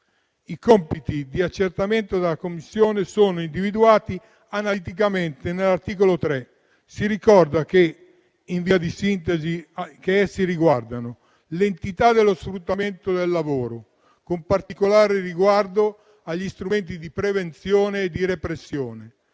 I compiti di accertamento della Commissione sono individuati analiticamente dall'articolo 3. Si ricorda, in via di sintesi, che essi riguardano: l'entità dello sfruttamento del lavoro, con particolare riguardo agli strumenti di prevenzione e repressione;